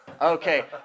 Okay